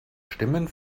stimmen